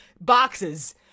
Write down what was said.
boxes